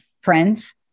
friends